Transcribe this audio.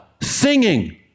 Singing